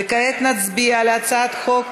וכעת נצביע על הצעת חוק